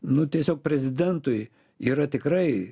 nu tiesiog prezidentui yra tikrai